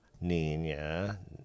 Nina